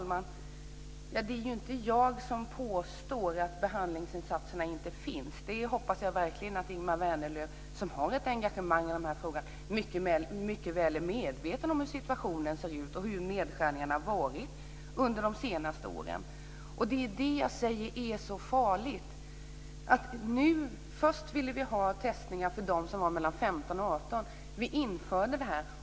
Fru talman! Det är inte jag som påstår att behandlingsinsatserna inte finns. Jag hoppas verkligen att Ingemar Vänerlöv, som har ett engagemang i de här frågorna, är mycket väl medveten om hur situationen ser ut och hur nedskärningarna har gjorts under de senaste åren. Det är det som är så farligt. Först ville vi ha tester för dem som var mellan 15 och 18, och vi införde det.